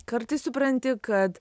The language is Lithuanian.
kartais supranti kad